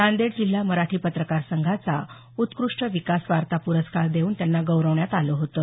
नांदेड जिल्हा मराठी पत्रकार संघाचा उत्कृष्ट विकास वार्ता प्रस्कारही देऊन त्यांना गौरवण्यात आलं होतं